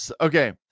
Okay